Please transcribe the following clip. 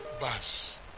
bus